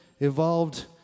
evolved